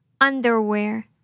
Underwear